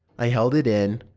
i held it in,